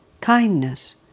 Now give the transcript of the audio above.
kindness